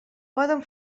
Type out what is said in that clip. poden